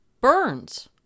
burns